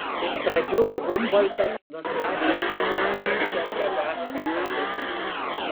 iš pradžių humboltas nustatė uostamiesčio geografinę padėtį